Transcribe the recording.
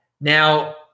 Now